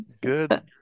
good